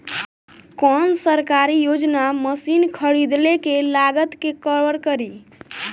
कौन सरकारी योजना मशीन खरीदले के लागत के कवर करीं?